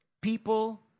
people